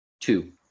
Two